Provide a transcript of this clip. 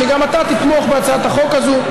שגם אתה תתמוך בהצעת החוק הזו.